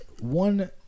one